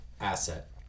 asset